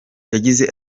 yagize